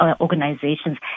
organizations